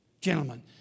Gentlemen